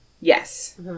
Yes